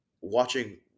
watching